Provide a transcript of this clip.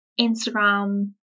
Instagram